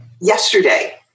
yesterday